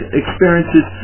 experiences